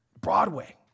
Broadway